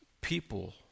people